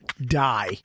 die